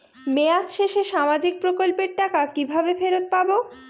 মেয়াদ শেষে সামাজিক প্রকল্পের টাকা কিভাবে ফেরত পাবো?